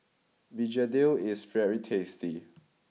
Begedil is very tasty